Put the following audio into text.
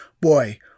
boy